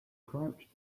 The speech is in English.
crouched